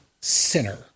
sinner